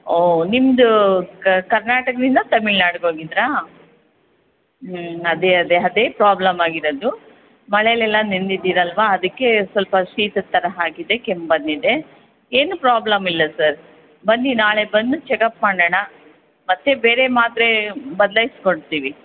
ಓ ನಿಮ್ದು ಕರ್ನಾಟಕದಿಂದ ತಮಿಳ್ನಾಡ್ಗೆ ಹೋಗಿದ್ರಾ ಹ್ಞೂ ಅದೆ ಅದೆ ಅದೇ ಪ್ರಾಬ್ಲಮ್ ಆಗಿರೋದು ಮಳೇಲಿ ಎಲ್ಲ ನೆನೆದಿರಲ್ವಾ ಅದಕ್ಕೆ ಸ್ವಲ್ಪ ಶೀತದ ಥರ ಆಗಿದೆ ಕೆಮ್ಮು ಬಂದಿದೆ ಏನೂ ಪ್ರಾಬ್ಲಮ್ ಇಲ್ಲ ಸರ್ ಬನ್ನಿ ನಾಳೆ ಬಂದು ಚೆಕಪ್ ಮಾಡೋಣ ಮತ್ತು ಬೇರೆ ಮಾತ್ರೆ ಬದಲಾಯಿಸ್ಕೊಡ್ತೀವಿ